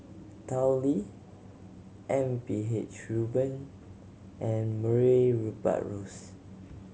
Tao Li M P H Rubin and Murray Buttrose